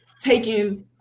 taking